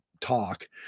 talk